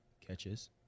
catches